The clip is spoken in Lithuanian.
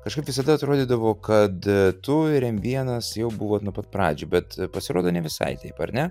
kažkaip visada atrodydavo kad tu ir em vienas jau buvot nuo pat pradžių bet pasirodo ne visai taip ar ne